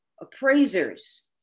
appraisers